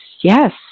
yes